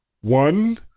One